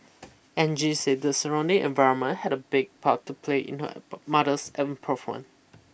Angie said the surrounding environment had a big part to play in her mother's improvement